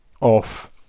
off